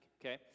okay